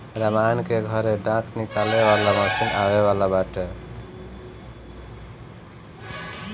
रामनारायण के घरे डाँठ निकाले वाला मशीन आवे वाला बाटे